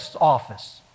office